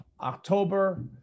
October